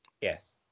Yes